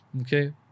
Okay